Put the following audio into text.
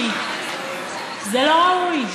זה לא ראוי.